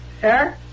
Sir